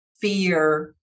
fear